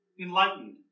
enlightened